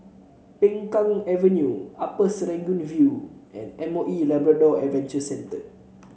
Peng Kang Avenue Upper Serangoon View and M O E Labrador Adventure Centre